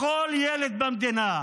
לכל ילד במדינה.